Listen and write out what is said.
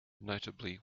notably